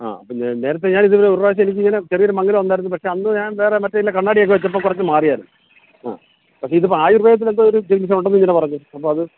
ആ അപ്പം ഞാൻ നേരത്തെ ഞാനിത് പോലെ ഒരുപ്രാവശ്യം എനിക്ക് ഇങ്ങനെ ചെറിയൊരു മങ്ങലുണ്ടായിരുന്ന് പക്ഷെ അന്ന് ഞാൻ വേറെ മറ്റേതിലെ കണ്ണാടിയക്കെ വെച്ചപ്പോൾ കുറച്ച് മാറിയായിരിന്നു അ അപ്പം ഇത് ഇപ്പം ആയുർവേദത്തിൽ എന്തോ ഒരു ചികിത്സ ഉണ്ടെന്ന് ഇങ്ങനെ പറഞ്ഞ് അപ്പം അത്